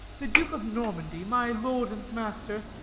the duke of normandy, my lord and master,